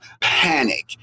panic